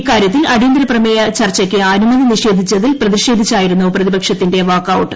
ഇക്കാര്യത്തിൽ പ്രഅ്ടിയന്തരപ്രമേയ ചർച്ചയ്ക്ക് അനുമതി നിഷേധിച്ചതിൽ പ്രതിഷ്ഠേധിച്ചായിരുന്നു പ്രതിപക്ഷത്തിന്റെ വാക്കൌട്ട്